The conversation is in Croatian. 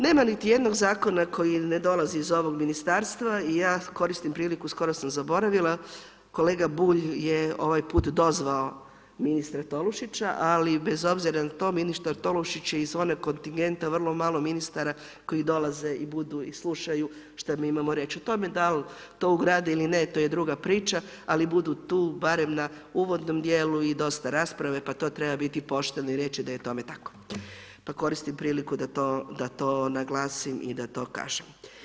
Nema niti jednog zakona koji ne dolazi iz ovog ministarstva i ja koristim priliku, skoro sam zaboravila, kolega Bulj je ovaj put dozvao ministra Tolušića ali bez obzira na to, ministar Tolušić je iz one kontingente vrlo ministara koji dolaze i budu i slušaju šta mi imamo reći o tome dal' to ugradi ili ne, to je druga priča ali budu tu barem na uvodnom djelu i dosta rasprave, pa tu treba biti pošten i reći da je tome tako pa koristim priliku da to naglasim i da to kažem.